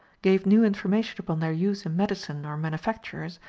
gave new information upon their use in medicine or manufactures,